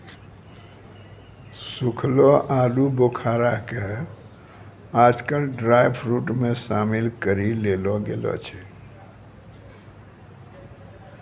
सूखलो आलूबुखारा कॅ आजकल ड्रायफ्रुट मॅ शामिल करी लेलो गेलो छै